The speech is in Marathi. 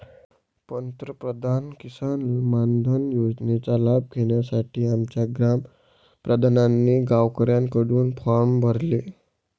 पंतप्रधान किसान मानधन योजनेचा लाभ घेण्यासाठी आमच्या ग्राम प्रधानांनी गावकऱ्यांकडून फॉर्म भरले